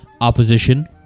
opposition